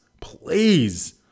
please